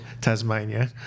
tasmania